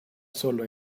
sólo